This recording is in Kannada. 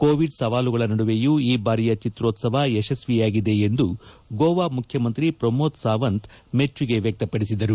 ಕೋವಿಡ್ ಸವಾಲುಗಳ ನಡುವೆಯೂ ಈ ಬಾರಿಯ ಚಿತ್ರೋತ್ಸವ ಯಶಸ್ವಿಯಾಗಿದೆ ಎಂದು ಗೋವಾ ಮುಖ್ಯಮಂತ್ರಿ ಪ್ರಮೋದ್ ಸಾವಂತ್ ಮೆಚ್ಚುಗೆ ವ್ವಕ್ತಪಡಿಸಿದರು